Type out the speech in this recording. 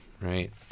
right